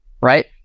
right